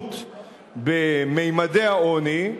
התרחבות בממדי העוני,